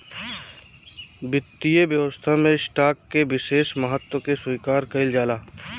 वित्तीय व्यवस्था में स्टॉक के विशेष महत्व के स्वीकार कईल जाला